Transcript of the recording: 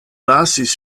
lasis